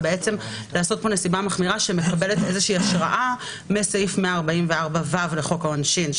לעשות פה נסיבה מחמירה שמקבלת איזושהי השראה מסעיף 144ו לחוק העונשין,